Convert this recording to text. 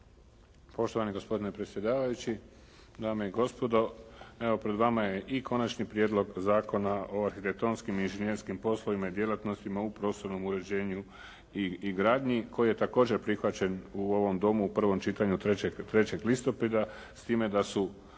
Poštovani gospodine predsjedavajući, dame i gospodo. Evo pred vama je i Konačni prijedlog zakona o arhitektonskim i inžinjerskim poslovima i djelatnostima u poslovnom uređenju i gradnji koji je također prihvaćen u ovom Domu u prvom čitanju 3. listopada s time da su,